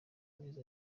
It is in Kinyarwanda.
amezi